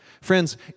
Friends